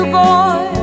boy